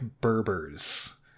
Berbers